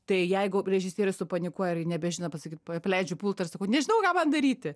tai jeigu režisierius supanikuoja ir nebežino pasakyt paleidžiu pultą ir sakau nežinau ką man daryti